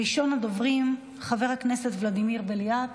ראשון הדוברים, חבר הכנסת ולדימיר בליאק,